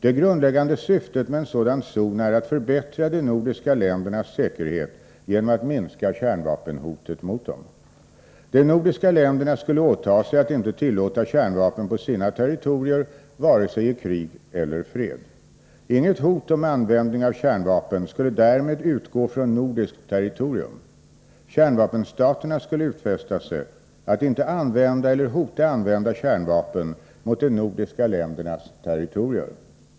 Det grundläggande syftet med en sådan zon är att förbättra de nordiska ländernas säkerhet genom att minska kärnvapenhotet mot dem. De nordiska länderna skulle åta sig att inte tillåta kärnvapen på sina territorier vare sig i krig eller fred. Inget hot om användning av kärnvapen skulle därmed utgå från nordiskt territorium. Kärnvapenstaterna skulle utfästa sig att inte använda eller hota använda kärnvapen mot de nordiska ländernas territorier.